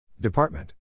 Department